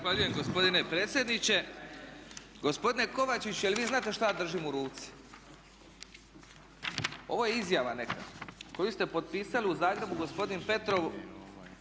Zahvaljujem gospodine predsjedniče. Gospodine Kovačić jel vi znate što ja držim u ruci? Ovo je izjava neka koju ste potpisali u Zagrebu gospodin Petrov